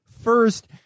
First